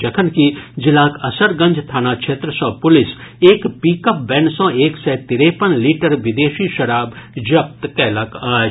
जखनकि जिलाक असरगंज थाना क्षेत्र सँ पुलिस एक पिकअप वैन सँ एक सय तिरेपन लीटर विदेशी शराब जब्त कयलक अछि